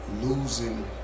losing